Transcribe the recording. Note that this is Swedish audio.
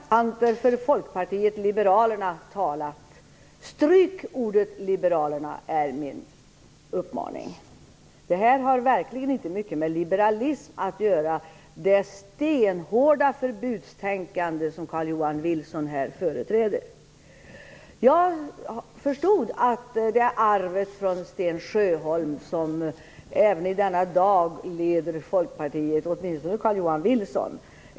Fru talman! Så har representanten för Folkpartiet liberalerna talat. Stryk ordet liberalerna, är min uppmaning. Det stenhårda förbudstänkande som Carl Johan Wilson här företräder har verkligen inte mycket med liberalism att göra. Jag förstod att det är arvet från Sten Sjöholm som även i denna dag leder Folkpartiet - åtminstone Carl Johan Wilson.